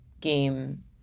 game